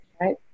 right